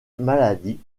maladie